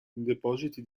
depositi